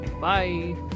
bye